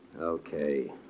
Okay